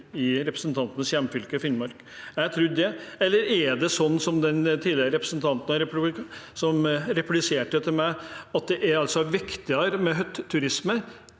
i representantens hjemfylke, Finnmark. Jeg trodde det. Eller er det sånn som for den forrige representanten som repliserte til meg, at det er viktigere med hytteturisme